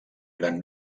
gran